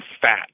fat